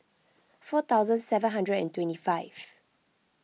four thousand seven hundred and twenty five